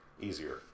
easier